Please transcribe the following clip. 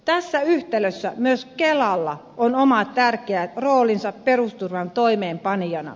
tässä yhtälössä myös kelalla on oma tärkeä roolinsa perusturvan toimeenpanijana